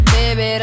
baby